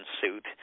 suit